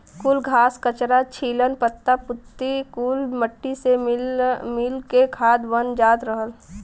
कुल घास, कचरा, छीलन, पत्ता पुत्ती कुल मट्टी से मिल के खाद बन जात रहल